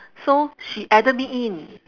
so she added me in